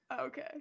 Okay